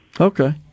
Okay